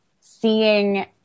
seeing